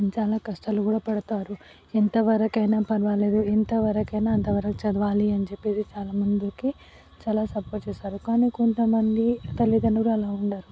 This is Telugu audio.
చాలా కష్ఠాలు కూడా పడతారు ఎంతవరకైనా పర్వాలేదు ఎంతవరకైనా అంత వరకు చదవాలి అని చెప్పేసి చాలా మందికి చాలా సపోర్ట్ చేస్తారు కానీ కొంతమంది తల్లిదండ్రులు అలా ఉండరు